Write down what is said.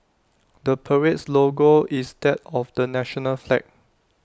the parade's logo is that of the national flag